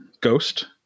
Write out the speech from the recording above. Ghost